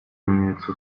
имеются